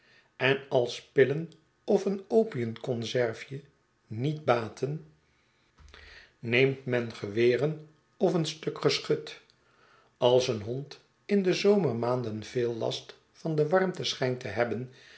en als pillen of een opiumconserfje niet baten neemt men geweren of een stuk geschut als een hond in de zomermaanden veel last van de warmte schijnt te hebben